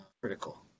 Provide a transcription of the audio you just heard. critical